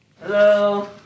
Hello